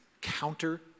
counter